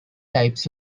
types